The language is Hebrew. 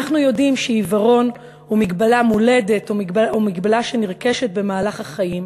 אנחנו יודעים שעיוורון הוא מגבלה מולדת או מגבלה שנרכשת במהלך החיים,